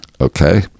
Okay